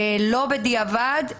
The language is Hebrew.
לא בדיעבד,